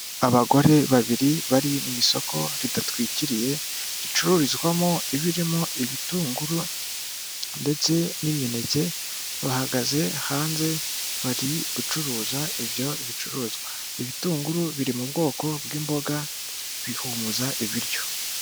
Abagore babiri bari mu isoko ridatwikiriye, ricururizwamo ibirimo ibitunguru ndetse n'imineke, bahagaze hanze bari gucuruza ibyo bicuruzwa, ibitunguru biri mu bwoko bw'imboga bihumuza ibiryo.